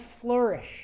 flourish